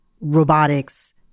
robotics